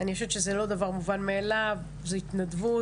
אני חושבת שזה לא דבר מובן מאליו, זו התנדבות.